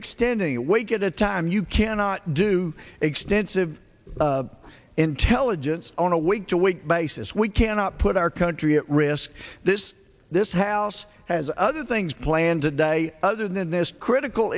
extending awake at a time you cannot do extensive intelligence on a week to week basis we cannot put our country at risk this this house has other things planned today other than this critical